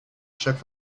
chaque